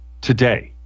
today